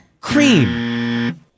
Cream